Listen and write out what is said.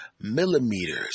Millimeters